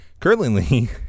Currently